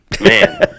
man